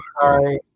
sorry